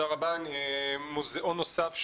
מוזיאון נוסף,